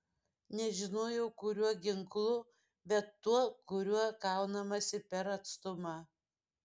nežinojau kuriuo ginklu bet tuo kuriuo kaunamasi per atstumą